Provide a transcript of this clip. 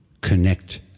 Connect